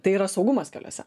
tai yra saugumas keliuose